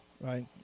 right